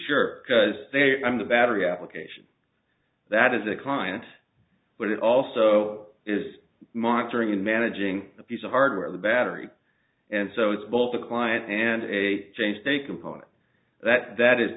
sure because they i'm the battery application that is a client but it also is monitoring and managing the piece of hardware the battery and so it's both a client and a changed a component that that is